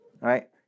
right